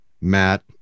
Matt